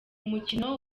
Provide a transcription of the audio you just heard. mukino